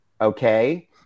okay